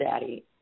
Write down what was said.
daddy